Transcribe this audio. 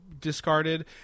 discarded